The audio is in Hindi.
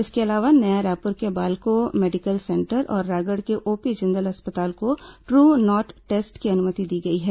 इसके अलावा नया रायपुर के बालको मेडिकल सेंटर और रायगढ़ के ओपी जिंदल अस्पताल को ट्र नॉट टेस्ट की अनुमति दी गई है